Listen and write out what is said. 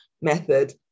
method